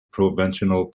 provincial